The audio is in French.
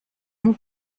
mon